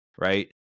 right